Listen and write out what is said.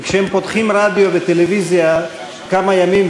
כי כשהם פותחים רדיו וטלוויזיה כמה ימים,